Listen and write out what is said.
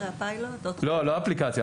לא אפליקציה.